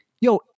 yo